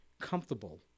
comfortable